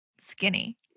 skinny